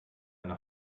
eine